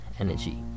energy